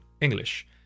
English